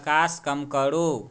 प्रकाश कम करू